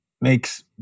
makes